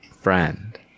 friend